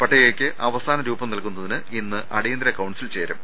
പട്ടി കയ്ക്ക് അവസാന രൂപം നൽകുന്നതിന് ഇന്ന് അടിയന്തര കൌൺസിൽ ചേരും